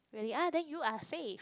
really ah then you are safe